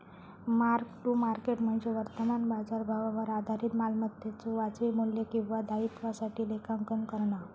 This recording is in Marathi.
मार्क टू मार्केट म्हणजे वर्तमान बाजारभावावर आधारित मालमत्तेच्यो वाजवी मू्ल्य किंवा दायित्वासाठी लेखांकन करणा